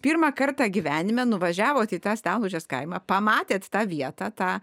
pirmą kartą gyvenime nuvažiavot į tą stelmužės kaimą pamatėt tą vietą tą